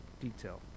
detail